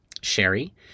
sherry